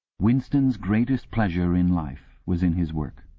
winston's greatest pleasure in life was in his work.